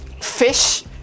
fish